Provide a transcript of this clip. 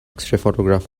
photograph